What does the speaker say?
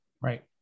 Right